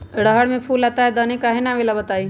रहर मे फूल आता हैं दने काहे न आबेले बताई?